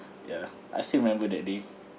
ya I still remember that day